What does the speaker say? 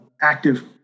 Active